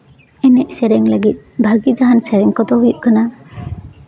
ᱮᱱᱮᱡ ᱥᱮᱨᱮᱧ ᱞᱟᱹᱜᱤᱫ ᱵᱷᱟᱹᱤ ᱡᱟᱦᱟᱱ ᱥᱮᱨᱮᱧ ᱠᱚᱫᱚ ᱦᱩᱭᱩᱜ ᱠᱟᱱᱟ